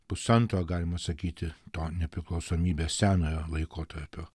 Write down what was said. pusantro galima sakyti to nepriklausomybės senojo laikotarpio